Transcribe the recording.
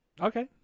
Okay